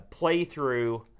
playthrough